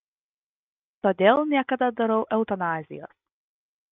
todėl niekada darau eutanazijos